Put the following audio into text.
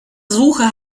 suche